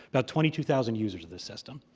about twenty two thousand users of this system.